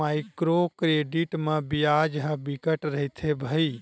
micro credit म बियाज ह बिकट रहिथे भई